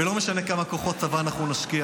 כשהוא יוצא החוצה.